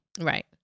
right